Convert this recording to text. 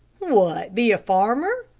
what, be a farmer?